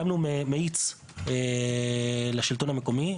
הקמנו מאיץ לשלטון המקומי,